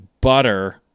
butter